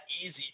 easy